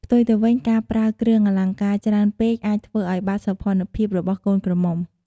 ផ្ទុយទៅវិញការប្រើគ្រឿងអលង្ការច្រើនពេកអាចធ្វើឲ្យបាត់សោភ័ណភាពរបស់កូនក្រមុំ។